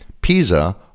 Pisa